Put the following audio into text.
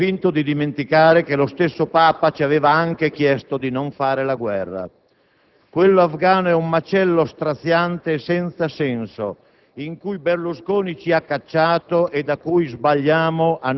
In questo quadro, come già affermai un mese fa, confermo il mio appoggio esterno al Governo, ma confermo anche che di volta in volta deciderò le convergenze possibili. Da ultimo,